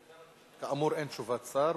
כאמור, אין תשובת שר.